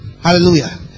Hallelujah